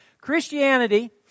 Christianity